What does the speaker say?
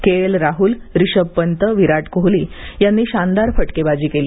के L Rahul Rishabh पंतविरत कोहली यांनी शानदार फटकेबाजी केली